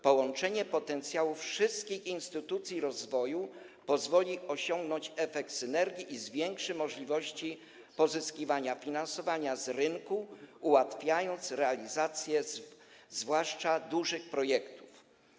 Połączenie potencjału wszystkich instytucji rozwoju pozwoli osiągnąć efekt synergii i zwiększy możliwości pozyskiwania finansowania z rynku, ułatwiając realizację zwłaszcza dużych projektów.